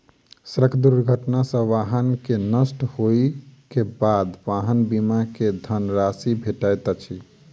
सड़क दुर्घटना सॅ वाहन के नष्ट होइ के बाद वाहन बीमा के धन राशि भेटैत अछि